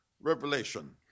Revelation